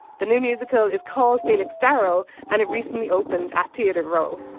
the new musical is called felix darrow and it recently opened at theater row.